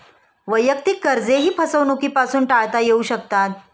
वैयक्तिक कर्जेही फसवणुकीपासून टाळता येऊ शकतात